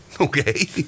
okay